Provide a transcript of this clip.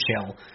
chill